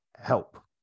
help